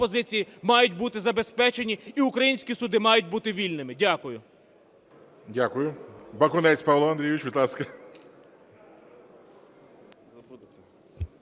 Дякую.